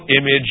image